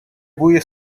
بوی